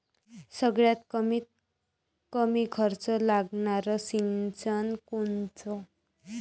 सगळ्यात कमीत कमी खर्च लागनारं सिंचन कोनचं?